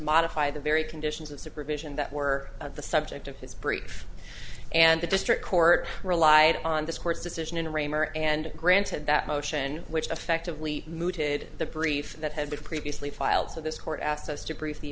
modify the very conditions of supervision that were the subject of his brief and the district court relied on this court's decision in raymer and granted that motion which affectively mooted the brief that had been previously filed so this court asked us to brief the